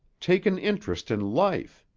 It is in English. take an interest in life.